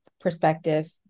perspective